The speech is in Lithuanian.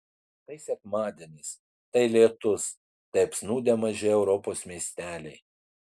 tai sekmadienis tai lietus tai apsnūdę maži europos miesteliai